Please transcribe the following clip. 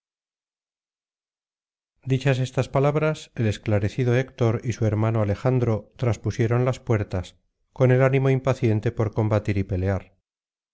dichas estas palabras el esclarecido héctor y su hermano alejandro traspusieron las puertas con el ánimo impaciente por combatir y pelear